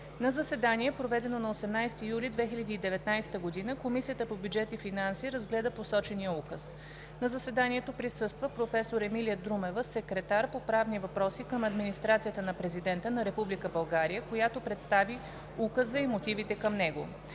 На заседание, проведено на 18 юли 2019 г., Комисията по бюджет и финанси разгледа посочения указ. На заседанието присъства професор Емилия Друмева – секретар по правни въпроси към администрацията на Президента на Република България, която представи Указа и мотивите към него.